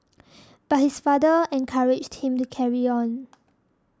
but his father encouraged him to carry on